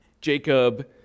Jacob